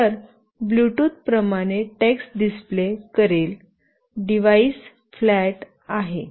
तर ब्लूटूथ प्रमाणे text display करेल डिवाइस फ्लॅट आहे